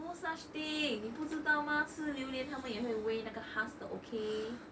no such thing 你不知道吗吃榴莲他们也会 weigh 那个 husk 的 okay